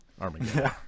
Armageddon